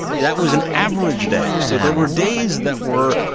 yeah that was an average day. so there were days that were,